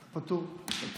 פטור.